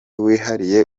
wihariye